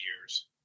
years